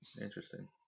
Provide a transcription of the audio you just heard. Interesting